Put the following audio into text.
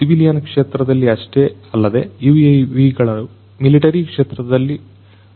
civilian ಕ್ಷೇತ್ರದಲ್ಲಿ ಅಷ್ಟೇ ಅಲ್ಲದೆ UAV ಗಳು ಮಿಲಿಟರಿ ಕ್ಷೇತ್ರಗಳಲ್ಲಿ ಕೂಡ ಅನೇಕ ಅಪ್ಲಿಕೇಶನ್ ಗಳನ್ನ ಹೊಂದಿದೆ